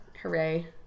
Hooray